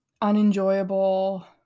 unenjoyable